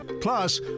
Plus